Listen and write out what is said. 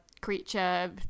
creature